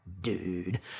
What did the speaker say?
Dude